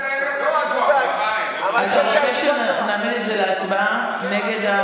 אנחנו נעמיד את זה להצבעה.